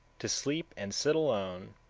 to sleep and sit alone,